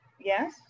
Yes